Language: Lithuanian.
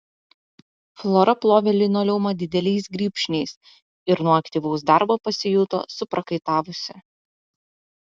flora plovė linoleumą dideliais grybšniais ir nuo aktyvaus darbo pasijuto suprakaitavusi